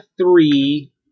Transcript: three